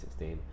2016